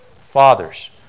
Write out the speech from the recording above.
Fathers